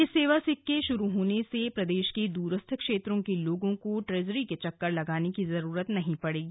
इस सेवा के शुरू होने से प्रदेश के द्रस्थ क्षेत्रों के लोगों को ट्रेजरी के चक्कर लगाने की जरूरत नहीं पड़ेगी